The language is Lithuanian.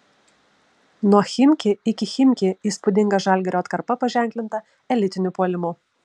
nuo chimki iki chimki įspūdinga žalgirio atkarpa paženklinta elitiniu puolimu